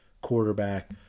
Quarterback